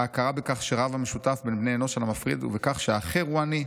ההכרה בכך שרב המשותף בין בני אנוש על המפריד ובכך שהאחר הוא אני".